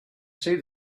see